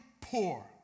poor